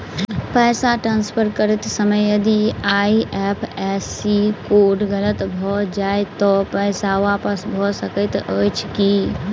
पैसा ट्रान्सफर करैत समय यदि आई.एफ.एस.सी कोड गलत भऽ जाय तऽ पैसा वापस भऽ सकैत अछि की?